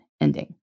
ending